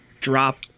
drop